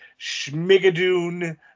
schmigadoon